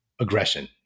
aggression